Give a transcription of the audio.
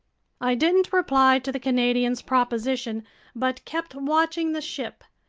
i didn't reply to the canadian's proposition but kept watching the ship,